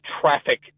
traffic